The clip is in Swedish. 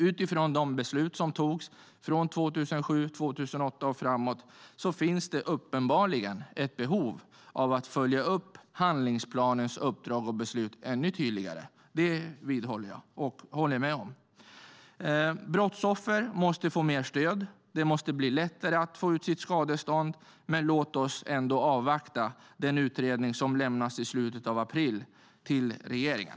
Utifrån de beslut som togs från 2007-2008 och framåt finns det uppenbarligen ett behov av att följa upp handlingsplanens uppdrag och beslut ännu tydligare. Det håller jag med om. Brottsoffer måste få mer stöd. Det måste bli lättare att få ut sitt skadestånd, men låt oss ändå avvakta den utredning som lämnas i slutet av april till regeringen.